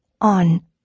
On